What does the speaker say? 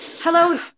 hello